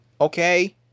Okay